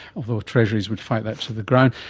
although treasuries would fight that to the ground.